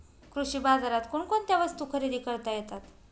कृषी बाजारात कोणकोणत्या वस्तू खरेदी करता येतात